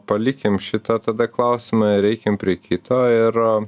palikim šitą tada klausimą ir eikim prie kito ir